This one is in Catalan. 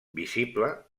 visible